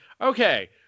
okay